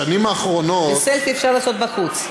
סלפי אפשר לעשות בחוץ.